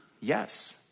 yes